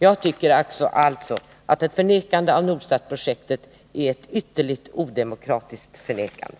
Jag tycker alltså att ett förnekande av Nordsatprojektet är ett ytterligt odemokratiskt förnekande.